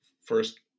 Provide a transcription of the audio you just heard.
first